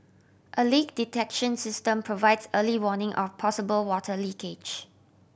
a leak detection system provides early warning of possible water leakage